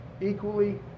equally